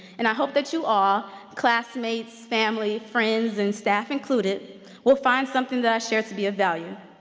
and i hope that you all, classmates, family, friends, and staff included will find something that i shared to be of value.